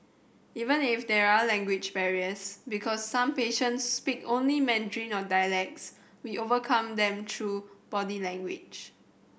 even if there are language barriers because some patients speak only Mandarin or dialects we overcome them through body language